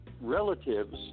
relatives